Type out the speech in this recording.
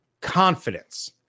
confidence